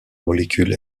molécule